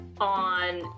on